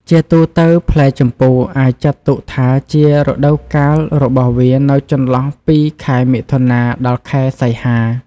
ជាទូទៅ ផ្លែជម្ពូអាចចាត់ទុកថាជារដូវកាលរបស់វានៅចន្លោះពី ខែមិថុនា ដល់ ខែសីហា។